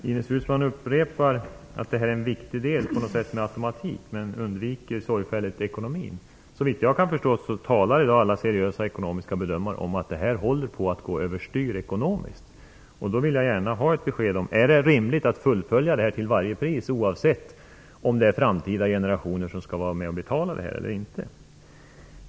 Fru talman! Ines Uusmann upprepar att detta är en viktig del, med någon sorts automatik, men undviker sorgfälligt ekonomin. Såvitt jag kan förstå talar i dag alla seriösa ekonomiska bedömare om att detta håller på att gå över styr ekonomiskt. Då vill jag gärna ha ett besked: Är det rimligt att fullfölja detta till varje pris, oavsett om det är framtida generationer som skall vara med och betala?